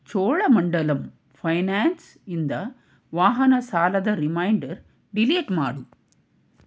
ಚೋಳಮಂಡಲಂ ಫೈನ್ಯಾನ್ಸ್ನಿಂದ ವಾಹನ ಸಾಲದ ರಿಮೈಂಡರ್ ಡಿಲೀಟ್ ಮಾಡು